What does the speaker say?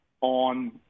on